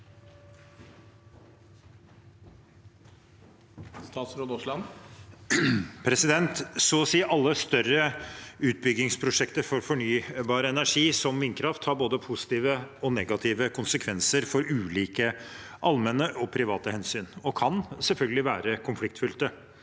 Så å si alle større utbyggingsprosjekter for fornybar energi, som vindkraft, har både positive og negative konsekvenser for ulike allmenne og private hensyn, og kan selvfølgelig være konfliktfylte.